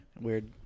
weird